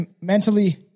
Mentally